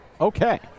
Okay